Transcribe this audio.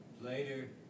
Later